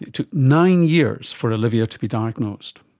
took nine years for olivia to be diagnosed.